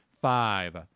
five